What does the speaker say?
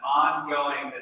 ongoing